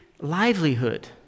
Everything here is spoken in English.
livelihood